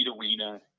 arena